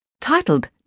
Titled